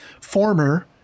former